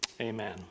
Amen